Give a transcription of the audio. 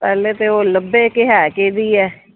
ਪਹਿਲਾਂ ਤਾਂ ਉਹ ਲੱਭੇ ਕਿ ਹੈ ਕਿਹਦੀ ਹੈ